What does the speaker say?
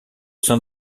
sein